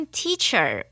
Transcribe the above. teacher